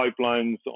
pipelines